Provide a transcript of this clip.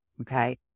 Okay